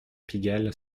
pigalle